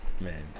Man